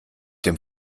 dem